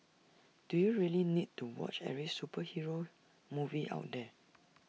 do you really need to watch every superhero movie out there